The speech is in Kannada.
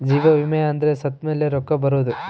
ಜೀವ ವಿಮೆ ಅಂದ್ರ ಸತ್ತ್ಮೆಲೆ ರೊಕ್ಕ ಬರೋದು